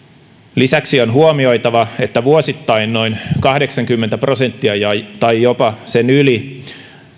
lisäksi on huomioitava että vuosittain noin kahdeksankymmentä prosenttia tai jopa sen yli